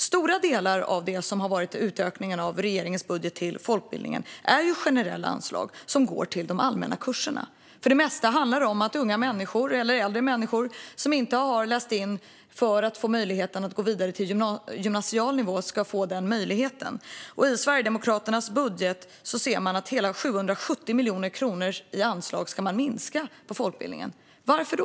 Stora delar av regeringens utökning av budgeten till folkbildningen är generella anslag som går till de allmänna kurserna. För det mesta handlar det om att unga eller äldre människor som inte har läst in kurser för att ha möjlighet att gå vidare till studier på gymnasial nivå ska få den möjligheten. I Sverigedemokraternas budget minskar man anslaget till folkbildningen med hela 770 miljoner kronor. Varför då?